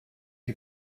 die